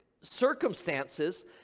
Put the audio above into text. circumstances